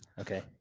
okay